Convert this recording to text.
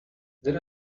then